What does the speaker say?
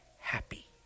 happy